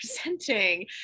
presenting